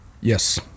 Yes